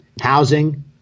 housing